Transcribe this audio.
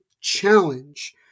challenge